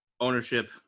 ownership